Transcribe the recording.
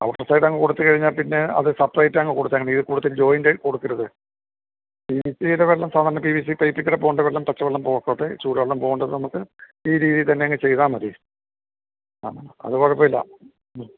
outer side അങ്ങു കൊടുത്തു കഴിഞ്ഞാൽ പിന്നെ അത് സെപ്പറേറ്റ് അങ്ങ് കൊടുത്താൽ മതി ഇതു കൂടത്തിൽ ജോയിൻറ്റ് കൊടുക്കരുത് പി വി സി യുടെ വെള്ളം സാധാരണ പി വി സി പൈപ്പിൽ കൂടെ പോകേണ്ട വെള്ളം പച്ച വെള്ളം പൊക്കോട്ടെ ചൂട് വെള്ളം പോകേണ്ടത് നമുക്ക് ഈ രീതിയിൽ തന്നെ അങ്ങ് ചെയ്താൽ മതി ആ അതു കുഴപ്പമില്ല മ്മ്